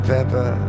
Pepper